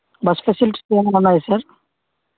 bus specialities ఏమన్నా ఉన్నాయా sir